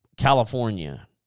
California